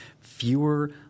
fewer